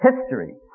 history